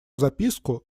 записку